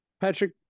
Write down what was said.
Patrick